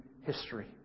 history